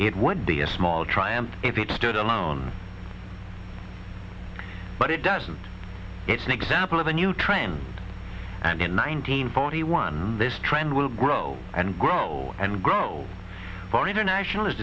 it would be a small triumph if it stood alone but it doesn't it's an example of a new trend and in nineteen forty one this trend will grow and grow and grow more international is